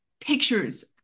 pictures